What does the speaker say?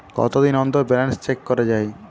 কতদিন অন্তর balance check করা য়ায়?